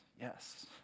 Yes